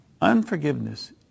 Unforgiveness